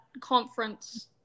conference